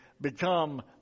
become